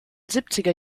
siebziger